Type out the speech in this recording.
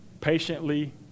patiently